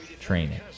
training